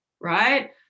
right